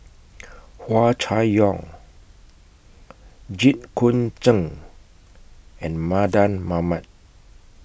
Hua Chai Yong Jit Koon Ch'ng and Mardan Mamat